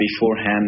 beforehand